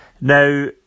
Now